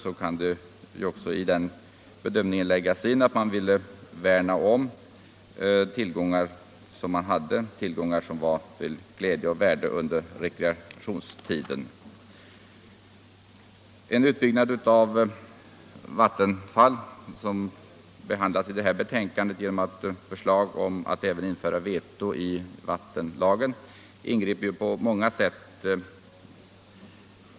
Det kan då i bedömningen också läggas in att man vill värna om tillgångar som man har, tillgångar som är till glädje och av värde under fritiden. En utbyggnad av vattenfall, som behandlas i detta betänkande genom ett förslag att införa vetorätt i vattenlagen, ingriper på många sätt i en kommuns översiktliga planering.